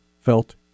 felt